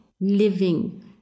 living